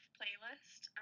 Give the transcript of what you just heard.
playlist